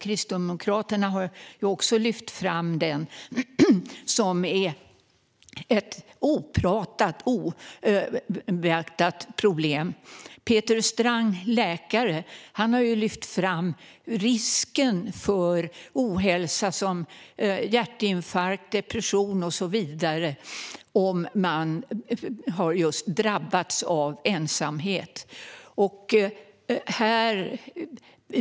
Kristdemokraterna har också lyft fram den, och den är ett problem som är obeaktat och som det inte pratas om. Läkaren Peter Strang har lyft fram risken för ohälsa som hjärtinfarkt, depression och så vidare för den som har drabbats av just ensamhet.